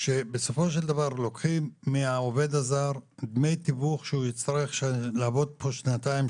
בסופו של דבר לוקחים מהעובד הזר דמי תיווך שהוא יצטרך לעבוד פה שנתיים,